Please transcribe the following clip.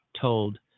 told